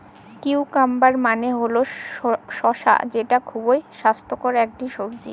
cucumber মানে হল শসা যেটা খুবই স্বাস্থ্যকর একটি সবজি